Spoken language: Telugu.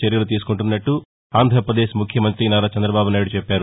చర్యలు తీసుకుంటున్నట్టు ఆంధ్రాపదేశ్ ముఖ్యమంతి నారా చంద్రబాబునాయుడు అన్నారు